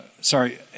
sorry